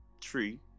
tree